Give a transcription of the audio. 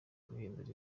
guhindura